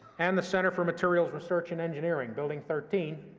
and the center for materials research and engineering, building thirteen,